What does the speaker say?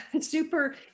super